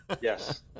Yes